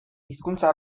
hizkuntza